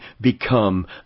become